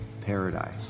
paradise